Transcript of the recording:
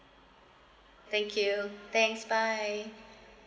thank you thanks bye